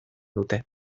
dute